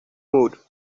mode